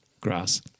grass